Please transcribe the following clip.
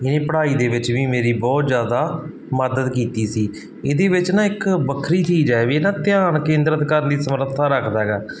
ਇਹਨੇ ਪੜ੍ਹਾਈ ਦੇ ਵਿੱਚ ਵੀ ਮੇਰੀ ਬਹੁਤ ਜ਼ਿਆਦਾ ਮਦਦ ਕੀਤੀ ਸੀ ਇਹਦੇ ਵਿੱਚ ਨਾ ਇੱਕ ਵੱਖਰੀ ਚੀਜ਼ ਹੈ ਵੀ ਨਾ ਧਿਆਨ ਕੇਂਦਰਿਤ ਕਰਨ ਦੀ ਸਮਰੱਥਾ ਰੱਖਦਾ ਹੈਗਾ